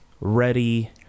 ready